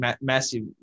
massive